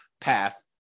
path